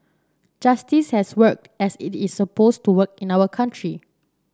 justice has worked as it is supposed to work in our country